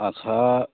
ᱟᱪᱪᱷᱟ